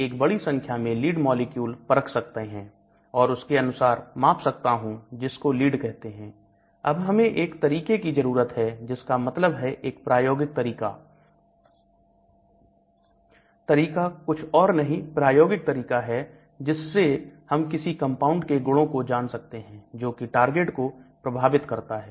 तो हम एक बड़ी संख्या में लीड मॉलिक्यूल परख सकता हूं और उसके अनुसार माप सकता हूं जिसको लीड कहते हैं अब हमें एक तरीके की जरूरत है जिसका मतलब है प्रायोगिक तरीका तरीका कुछ और नहीं प्रायोगिक तरीका है जिससे हम किसी कंपाउंड के गुणों को जान सकते हैं जोकि टारगेट को प्रभावित करता है